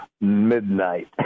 midnight